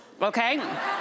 Okay